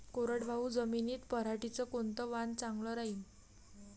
कोरडवाहू जमीनीत पऱ्हाटीचं कोनतं वान चांगलं रायीन?